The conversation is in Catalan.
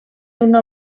una